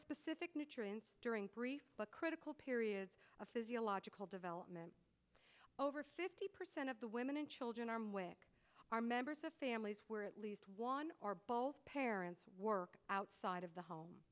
specific nutrients during brief but critical periods of physiological development over fifty percent of the women and children arm which are members of families where at least one or both parents work outside of the home